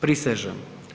Prisežem.